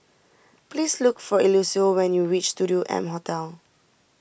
please look for Eliseo when you reach Studio M Hotel